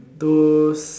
those